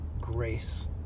grace